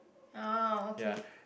ah okay